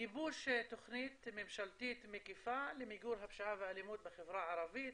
גיבוש תוכנית ממשלתית מקיפה למיגור הפשיעה והאלימות בחברה הערבית,